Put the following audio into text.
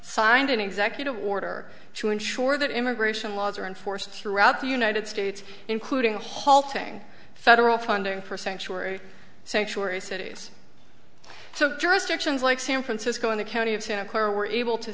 signed an executive order to ensure that immigration laws are enforced throughout the united states including a halting federal funding for sanctuary sanctuary cities so jurisdictions like san francisco in the county of santa clara were able to